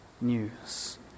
news